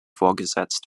vorgesetzt